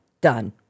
done